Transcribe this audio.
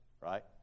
right